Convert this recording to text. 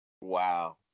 Wow